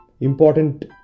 important